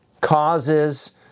causes